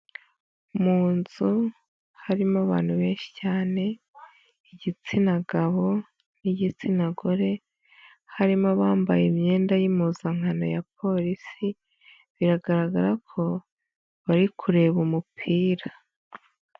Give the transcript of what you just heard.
Mu nzu harimo abantu benshi cyane, igitsina gabo n'igitsina gore ,harimo abambaye imyenda y'impuzankano ya Polisi ,biragaragara ko bari kureba umupira.